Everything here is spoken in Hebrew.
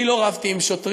אני לא רבתי עם שוטרים,